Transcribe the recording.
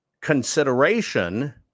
consideration